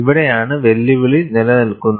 ഇവിടെയാണ് വെല്ലുവിളി നിലനിൽക്കുന്നത്